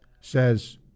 says